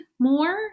more